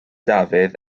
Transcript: dafydd